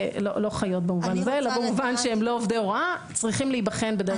חיות במובן שהם לא עובדי הוראה צריכים להיבחן בדרך אחרת.